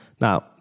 Now